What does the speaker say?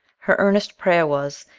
her earnest prayer was,